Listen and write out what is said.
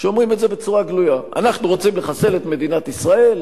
שאומרים את זה בצורה גלויה: אנחנו רוצים לחסל את מדינת ישראל,